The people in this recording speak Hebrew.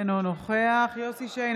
אינו נוכח יוסף שיין,